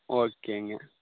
ஓகேங்க